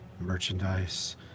merchandise